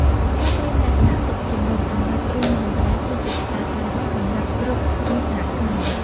ការត្រៀមលក្ខណៈទុកជាមុនសម្រាប់គ្រោះមហន្តរាយគឺជាកត្តាចាំបាច់សម្រាប់គ្រប់គ្រួសារខ្មែរ។